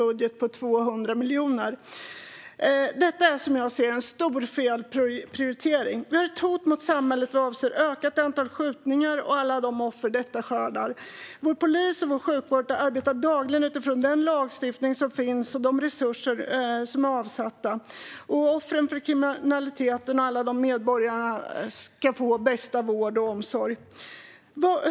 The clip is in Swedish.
Som jag ser det är det en stor felprioritering. Ett ökat antal skjutningar och alla de offer detta skördar är ett hot mot samhället. Polis och sjukvård arbetar dagligen utifrån den lagstiftning som finns och de resurser som är avsatta för att offer för kriminalitet och övriga medborgare ska få bästa vård och omsorg.